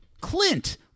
clint